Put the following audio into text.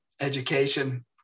education